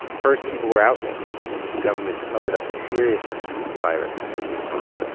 first, people were outraged that the government covered up the seriousness of the virus in wuhan.